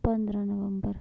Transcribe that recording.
पंदरां नवंबर